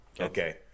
Okay